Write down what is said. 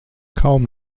kaum